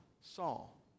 Saul